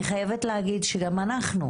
אני חייבת להגיד שגם אנחנו,